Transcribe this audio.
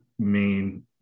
main